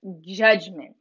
judgment